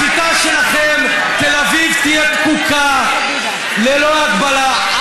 בשיטה שלכם תל אביב תהיה פקוקה ללא הגבלה.